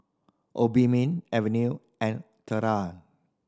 Obimin Avene and Tena